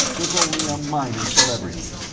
was only a minor celebrity,